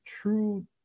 true